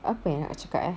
apa eh nak cakap eh